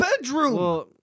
bedroom